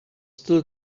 still